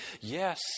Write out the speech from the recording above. Yes